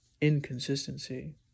inconsistency